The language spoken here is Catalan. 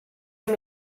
amb